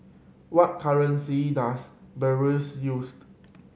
what currency does Belarus used